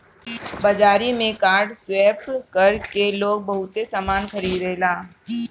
बाजारी में card swipe कर के लोग बहुते सामना खरीदेला